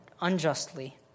unjustly